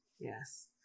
Yes